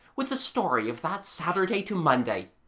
with the story of that saturday to monday,